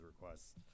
requests